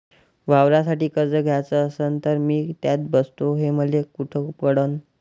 वावरासाठी कर्ज घ्याचं असन तर मी त्यात बसतो हे मले कुठ कळन?